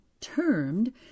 termed